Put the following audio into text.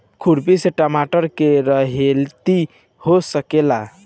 खुरपी से टमाटर के रहेती हो सकेला?